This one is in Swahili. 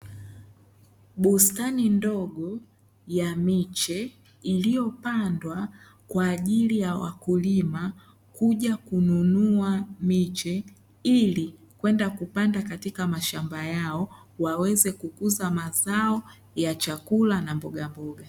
Bustani ndogo ya miche, iliopandwa kwaajili ya wakulima kuja kununua miche , ili kwenda kupanda katika mashamba yao , waweze kukuza mazao ya chakula na mbogamoga.